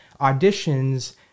auditions